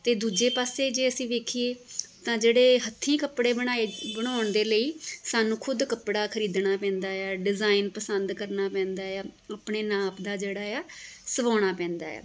ਅਤੇ ਦੂਜੇ ਪਾਸੇ ਜੇ ਅਸੀਂ ਵੇਖੀਏ ਤਾਂ ਜਿਹੜੇ ਹੱਥੀਂ ਕੱਪੜੇ ਬਣਾਏ ਬਣਾਉਣ ਦੇ ਲਈ ਸਾਨੂੰ ਖੁਦ ਕੱਪੜਾ ਖਰੀਦਣਾ ਪੈਂਦਾ ਆ ਡਿਜ਼ਾਇਨ ਪਸੰਦ ਕਰਨਾ ਪੈਂਦਾ ਆ ਆਪਣੇ ਨਾਪ ਦਾ ਜਿਹੜਾ ਆ ਸਵਾਉਣਾ ਪੈਂਦਾ ਆ